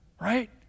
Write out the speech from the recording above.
right